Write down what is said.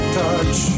touch